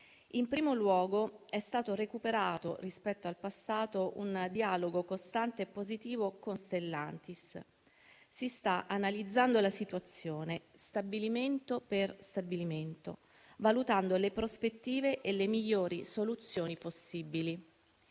In primo luogo, è stato recuperato rispetto al passato un dialogo costante e positivo con Stellantis. Si sta analizzando la situazione, stabilimento per stabilimento, valutando le prospettive e le migliori soluzioni possibili.